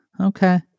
Okay